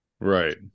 Right